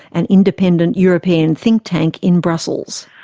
an independent european think tank in brussels.